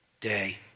day